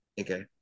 Okay